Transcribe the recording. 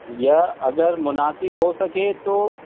یا اگر مناسب ہو سکے تو